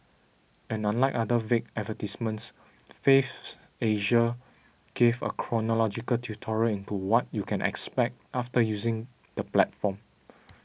and unlike other vague advertisements Faves Asia gave a chronological tutorial into what you can expect after using the platform